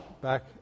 back